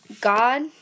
God